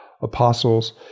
apostles